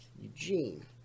Eugene